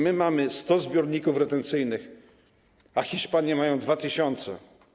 Mamy 100 zbiorników retencyjnych, a Hiszpanie mają 2000.